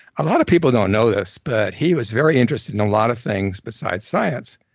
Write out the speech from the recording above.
a lot of people don't know this, but he was very interested in a lot of things besides science.